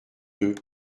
deux